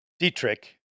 Dietrich